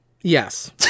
Yes